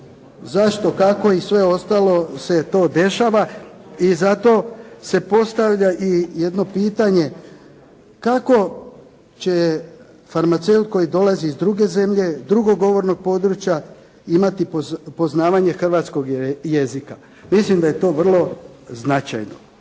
Zašto, kako i sve ostalo se to dešava. I zato se postavlja jedno pitanje, kako će farmaceut koji dolazi iz druge zemlje, drugog govornog područja, imati poznavanje hrvatskog jezika? Mislim da je to vrlo značajno.